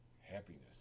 happiness